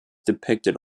depicted